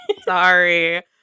Sorry